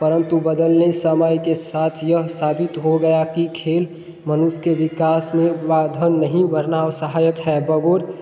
परंतु बदलते समय के साथ यह साबित हो गया कि खेल मनुष्य के विकास में उत्पादन नहीं करना और सहायक है बग़ैर